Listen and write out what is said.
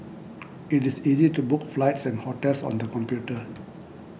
it is easy to book flights and hotels on the computer